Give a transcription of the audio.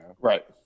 Right